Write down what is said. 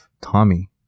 Tommy